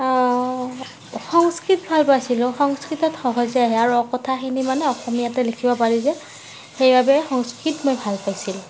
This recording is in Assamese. সংস্কৃত ভাল পাইছিলোঁ সংস্কৃতত সহজে আহে আৰু কথাখিনি মানে অসমীয়াতে লিখিব পাৰি যে সেইবাবে সংস্কৃত মই ভাল পাইছিলোঁ